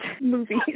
movies